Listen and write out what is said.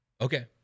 Okay